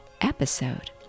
episode